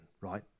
right